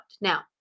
Now